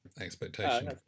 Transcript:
expectation